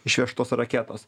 išvežtos raketos